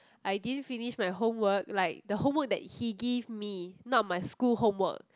I didn't finish my homework like the homework that he give me not my school homework